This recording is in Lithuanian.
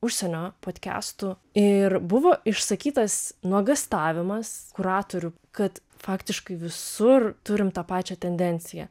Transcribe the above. užsienio podkestų ir buvo išsakytas nuogąstavimas kuratorių kad faktiškai visur turim tą pačią tendenciją